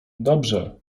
dobrze